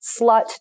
slut